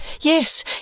yes